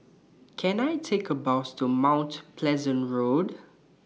Can I Take A Bus to Mount Pleasant Road